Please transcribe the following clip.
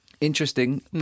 Interesting